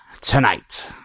tonight